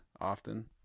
often